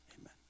amen